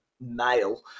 male